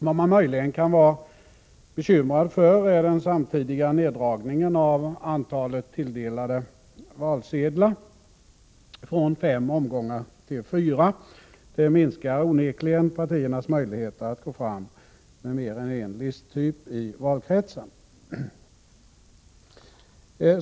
Vad man möjligen kan vara bekymrad för är den samtidiga neddragningen av antalet tilldelade valsedlar från fem omgångar till fyra. Det minskar onekligen partiernas möjligheter att gå fram med mer än en listtyp i valkretsen.